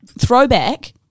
throwback